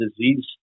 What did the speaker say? disease